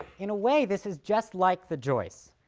in a way this is just like the joyce.